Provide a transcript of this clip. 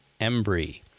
Embry